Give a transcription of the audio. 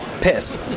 Piss